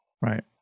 Right